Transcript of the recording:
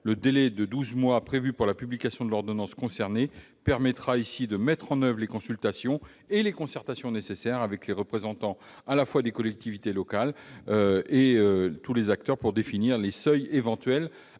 Le délai de douze mois, prévu pour la publication de l'ordonnance concernée, permettra de mettre en oeuvre les consultations et la concertation nécessaires avec les représentants des collectivités locales, notamment, pour définir précisément les seuils éventuels